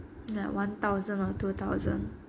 like one thousand or two thousand